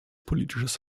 politisches